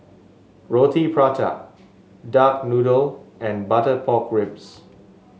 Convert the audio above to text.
Roti Prata Duck Noodle and Butter Pork Ribs